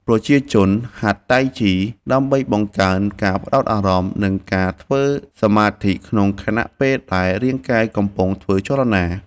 ប្រជាជនហាត់តៃជីដើម្បីបង្កើនការផ្ដោតអារម្មណ៍ និងការធ្វើសមាធិក្នុងខណៈពេលដែលរាងកាយកំពុងធ្វើចលនា។